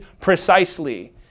precisely